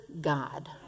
God